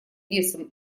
весом